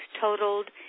totaled